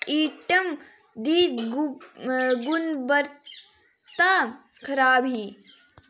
item दी गुणवत्ता खराब ही